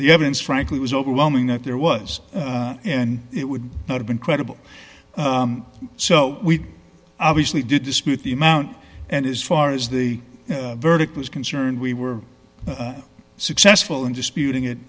the evidence frankly was overwhelming that there was and it would not have been credible so we obviously did this with the amount and as far as the verdict was concerned we were successful in disputing it